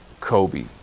Kobe